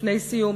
לפני סיום,